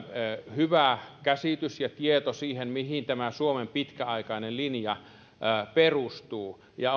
hyvä käsitys ja tieto siitä mihin tämä suomen pitkäaikainen linja perustuu ja